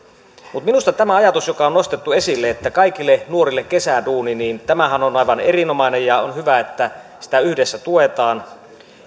minusta tämä ajatus joka on nostettu esille että kaikille nuorille kesäduuni on aivan erinomainen ja on hyvä että sitä yhdessä tuetaan